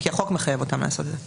כי החוק מחייב אותם לעשות את זה.